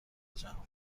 جهان